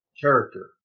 character